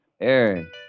Aaron